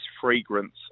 fragrance